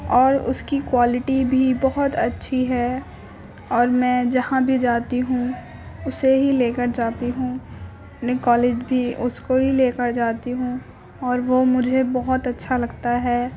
اور اس کی کوالیٹی بھی بہت اچھی ہے اور میں جہاں بھی جاتی ہوں اسے ہی لے کر جاتی ہوں اپنے کالج بھی اس کو ہی لے کر جاتی ہوں اور وہ مجھے بہت اچھا لگتا ہے